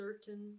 certain